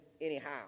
anyhow